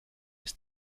ist